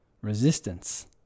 resistance